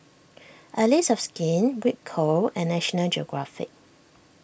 Allies of Skin Ripcurl and National Geographic